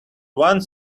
one